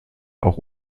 auch